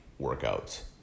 workouts